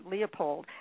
Leopold